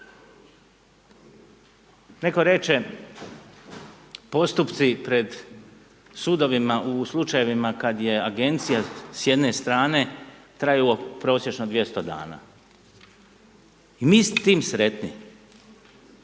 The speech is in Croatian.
Netko reče postupci pred sudovima u slučajevima kad je agencija s jedne strane traju prosječno 200 dana. I mi s tim sretni.